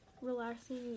relaxing